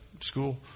school